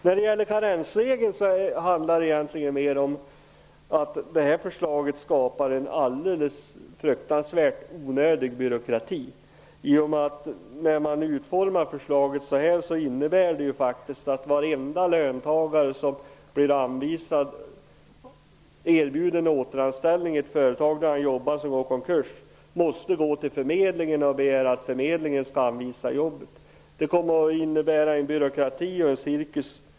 När det gäller karensregeln handlar det egentligen om att förslaget skapar en fruktansvärt onödig byråkrati. Såsom förslaget är utformat medför det att varenda löntagare som blir erbjuden återanställning i ett företag i samband med konkurs måste gå till arbetsförmedlingen och begära att förmedlingen skall anvisa jobbet. Detta medför en helt onödig byråkrati och cirkus.